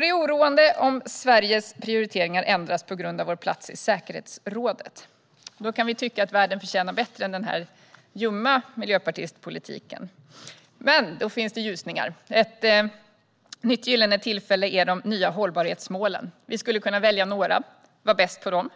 Det är oroande om Sveriges prioriteringar ändras på grund av vår plats i säkerhetsrådet. Nog kan vi tycka att världen förtjänar bättre än den här ljumma miljöpartipolitiken. Det finns dock ljusningar. Ett nytt gyllene tillfälle är de nya hållbarhetsmålen. Sverige borde kunna välja några och vara bäst på dem.